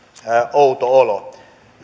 outo olo